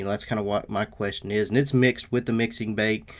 and that's kinda what my question is. and it's mixed with the mixing bank,